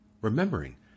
remembering